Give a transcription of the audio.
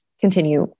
continue